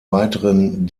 weiteren